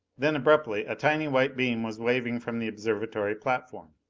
then abruptly a tiny white beam was waving from the observatory platform!